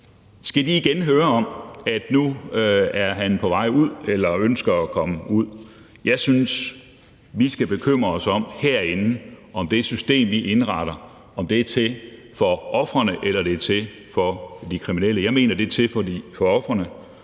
Skal vi igen høre om, at nu er han på vej ud eller ønsker at komme ud? Jeg synes, vi herinde skal bekymre os om, om det system, vi indretter, er til for ofrene, eller om det er til for de kriminelle. Jeg mener, det er til for ofrene,